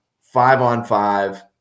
five-on-five